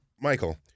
Michael